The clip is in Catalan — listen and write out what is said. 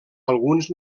alguns